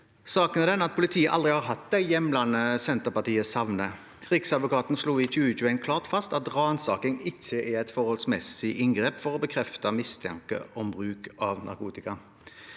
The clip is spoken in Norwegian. Saken er den at politiet aldri har hatt de hjemlene Senterpartiet savner. Riksadvokaten slo i 2021 klart fast at ransaking ikke er et forholdsmessig inngrep for å bekrefte mistanke om bruk av narkotika.